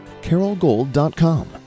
carolgold.com